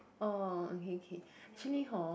oh okay kay actually horn